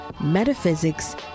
metaphysics